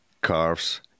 carves